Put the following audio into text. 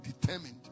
determined